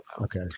Okay